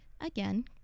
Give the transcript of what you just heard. again